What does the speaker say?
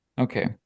Okay